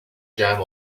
jam